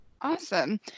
Awesome